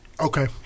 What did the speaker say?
Okay